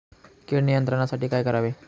कीड नियंत्रणासाठी काय करावे?